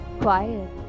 quiet